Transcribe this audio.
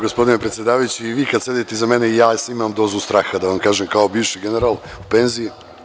Gospodine predsedavajući, kada sedite iza mene i ja imam dozu straha, kao bivši general u penziji.